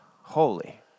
holy